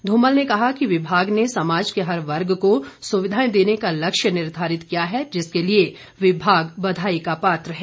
ध्रमल ने कहा कि विभाग ने समाज के हर वर्ग को सुविधाएं देने का लक्ष्य निर्धारित किया है जिसके लिए विभाग बधाई का पात्र है